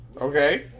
Okay